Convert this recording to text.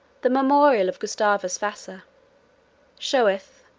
the memorial of gustavus vassa sheweth,